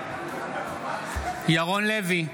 נגד ירון לוי,